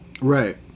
Right